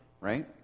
right